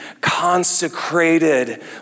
consecrated